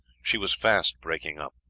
she was fast breaking up.